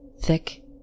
Thick